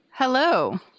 Hello